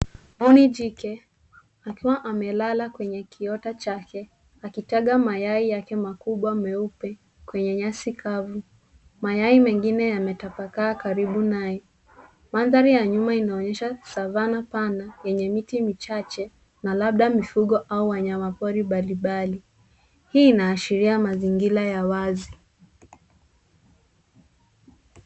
Mbuni jike akiwa amelala kwenye kiota chake, akitaga mayai yake makubwa meupe kwenye nyasi kavu. Mayai mengine yametapakaa karibu naye. Mandhari ya nyuma inaonyesha savana pana yenye miti michache, na labda mifugo au wanyama pori mbalimbali. Hii inaashiria mazingira ya wazi.